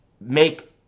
make